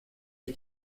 ich